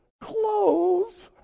clothes